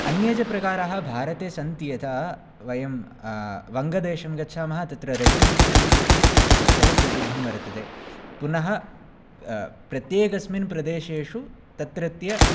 अन्ये च प्रकाराः भारते सन्ति यथा वयं वङ्गदेशं गच्छामः तत्र रवीन्द्रसङ्गीतम् इति बहुप्रसिद्धं वर्तते पुनः प्रत्येकस्मिन् प्रदेशेषु तत्रत्य